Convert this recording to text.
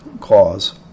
clause